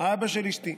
האבא של אשתי.